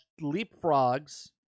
leapfrogs